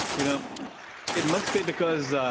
you know it must be because